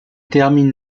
termine